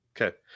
okay